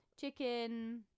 chicken